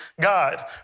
God